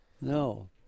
no